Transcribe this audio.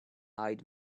eyed